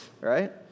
right